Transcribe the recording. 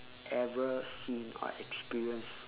ever seen or experienced